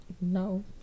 No